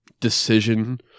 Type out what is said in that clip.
decision